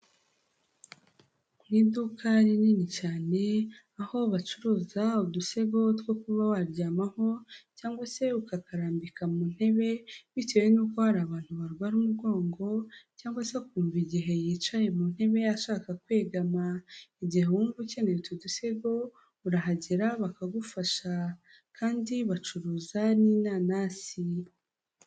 Mu iduka rinini cyane aho bacuruza udusego two kuba waryamaho, cyangwa se ukakarambika mu ntebe bitewe n'uko hari abantu barwara umugongo cyangwa se kumva igihe yicaye mu ntebe ashaka kwegama. Igihe wumva ukeneye utu dusego urahagera bakagufasha. Kandi bacuruza n'inanasi.